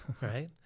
right